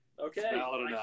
Okay